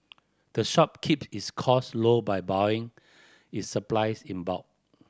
the shop keep its costs low by buying its supplies in bulk